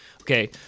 Okay